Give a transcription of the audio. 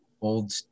old